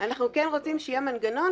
אנחנו רוצים שיהיה מנגנון